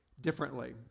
differently